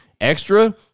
extra